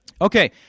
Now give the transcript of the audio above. Okay